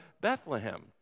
Bethlehem